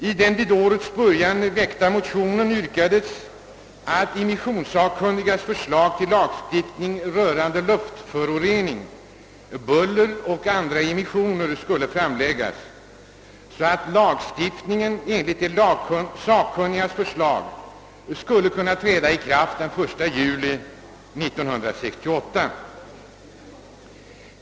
I den vid årets början väckta motionen yrkades att immissionssakkunnigas förslag till lagstiftning rörande luftförorening, buller och andra immissioner skulle framläggas, så att lagstiftningen — enligt de sakkunnigas förslag — skulle kunna träda i kraft den 1 juli 1968.